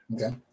Okay